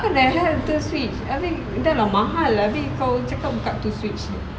what the hell two switch abeh dah lah mahal abeh kau cakap buka two switch